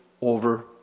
over